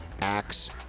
acts